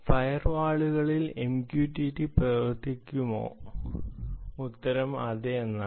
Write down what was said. ഫയർവാളുകളിൽ MQTT പ്രവർത്തിക്കുമോ ഉത്തരം അതെ എന്നാണ്